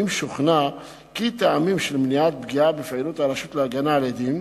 אם שוכנע כי טעמים של מניעת פגיעה בפעילות הרשות להגנה על עדים,